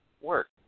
work